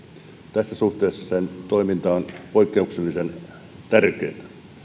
tässä suhteessa sen toiminta on poikkeuksellisen tärkeätä